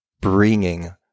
bringing